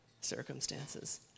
circumstances